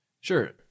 Sure